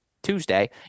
Tuesday